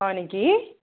হয় নেকি